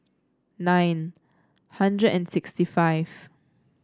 nine hundred and sixty five